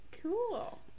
Cool